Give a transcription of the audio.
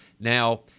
Now